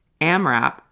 amrap